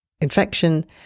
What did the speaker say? infection